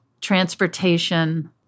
transportation